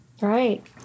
Right